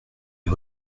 les